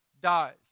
dies